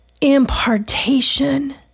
impartation